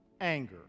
Anger